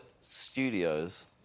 studios